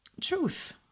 truth